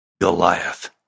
Goliath